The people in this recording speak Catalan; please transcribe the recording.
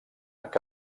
que